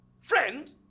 Friend